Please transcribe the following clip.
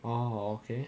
oh okay